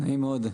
נעים מאוד.